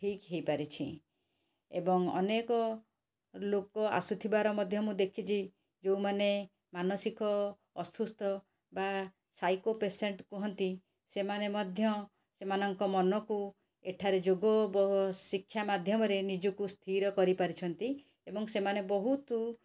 ଠିକ୍ ହୋଇପାରିଛି ଏବଂ ଅନେକ ଲୋକ ଆସୁଥିବାର ମଧ୍ୟ ମୁଁ ଦେଖିଛି ଯେଉଁମାନେ ମାନସିକ ଅସୁସ୍ଥ ବା ସାଇକୋ ପେସେଣ୍ଟ୍ କୁହନ୍ତି ସେମାନେ ମଧ୍ୟ ସେମାନଙ୍କ ମନକୁ ଏଠାରେ ଯୋଗ ଶିକ୍ଷା ମାଧ୍ୟମରେ ନିଜକୁ ସ୍ଥିର କରିପାରିଛନ୍ତି ଏବଂ ସେମାନେ ବହୁତ